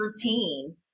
routine